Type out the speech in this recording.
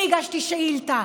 אני הגשתי שאילתה,